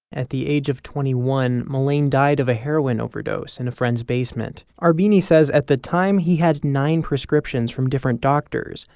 at the age of twenty one, mylene died of a heroin overdose in a friend's basement. arvenie says at the time he had nine prescriptions from different doctors,